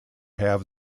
have